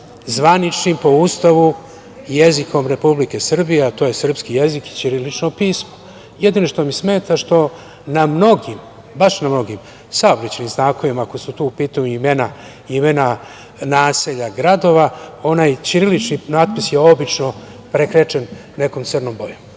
zvaničnim, po Ustavu, jezikom Republike Srbije, a to je srpski jezik i ćirilično pismo. Jedino što mi smeta što na mnogim, baš na mnogim saobraćajnim znakovima ako su to u pitanju imena naselja, gradova, onaj ćirilični natpis je obično prekrečen nekom crnom bojom.